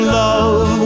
love